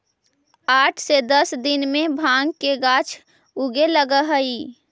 आठ से दस दिन में भाँग के गाछ उगे लगऽ हइ